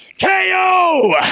KO